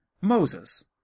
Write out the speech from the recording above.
Moses